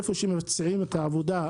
איפה שמבצעים את העבודה,